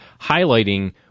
highlighting